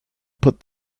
put